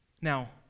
now